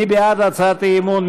מי בעד הצעת האי-אמון?